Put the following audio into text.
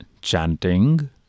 chanting